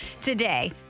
today